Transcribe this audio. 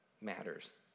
matters